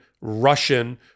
russian